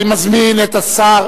אני מזמין את השר